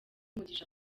umugisha